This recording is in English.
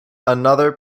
another